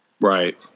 right